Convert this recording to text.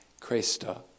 Christa